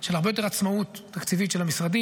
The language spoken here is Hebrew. של הרבה יותר עצמאות תקציבית של המשרדים,